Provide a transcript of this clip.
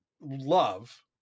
love